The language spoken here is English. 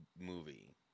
movie